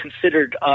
considered